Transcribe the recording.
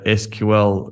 sql